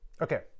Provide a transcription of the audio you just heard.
Okay